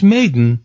Maiden